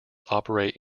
operate